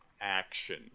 action